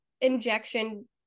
injection